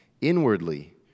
inwardly